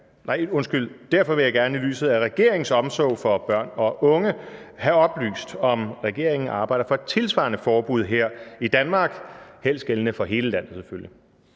derfor vil jeg gerne i lyset af regeringens omsorg for børn og unge have oplyst, om regeringen arbejder for et tilsvarende forbud her i Danmark, selvfølgelig helst gældende for hele landet. Kl.